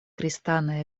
kristanaj